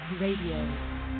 Radio